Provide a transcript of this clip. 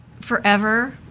Forever